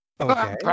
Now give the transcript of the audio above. Okay